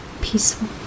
Peaceful